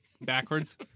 backwards